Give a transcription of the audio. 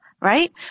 right